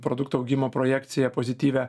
produkto augimo projekciją pozityvią